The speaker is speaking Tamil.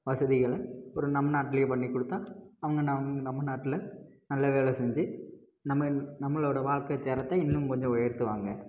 வசதிகளை ஒரு நம்ம நாட்லையே பண்ணிக்கொடுத்தா அவங்க நம் நம்ம நாட்டில் நல்ல வேலை செஞ்சு நம்ம இன் நம்மளோடய வாழ்க்கை தரத்தை இன்னும் கொஞ்சம் உயர்த்துவாங்க